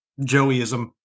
Joeyism